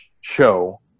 show